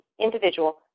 individual